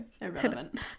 irrelevant